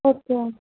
okay